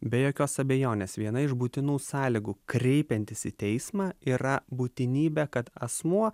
be jokios abejonės viena iš būtinų sąlygų kreipiantis į teismą yra būtinybė kad asmuo